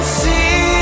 see